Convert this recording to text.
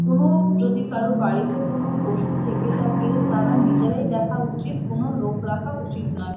কোনো যদি কারো বাড়িতে কোনো পশু থেকে থাকে তাদের নিজেদের দেখা উচিত কোনো লোক রাখা উচিত না